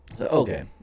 okay